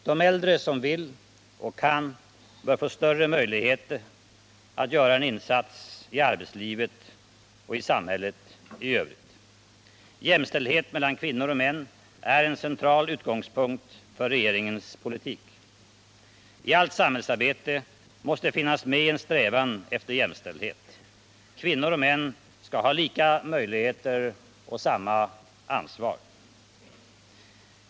De äldre som vill och kan bör få större möjlighet att göra en insats i arbetslivet och i samhället i övrigt. Jämställdhet mellan kvinnor och män är en central utgångspunkt för regeringens politik. I allt samhällsarbete måste finnas med en strävan efter jämställdhet. Kvinnor och män skall ha lika möjligheter och samma ansvar.